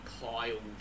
piled